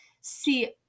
See